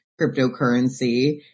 cryptocurrency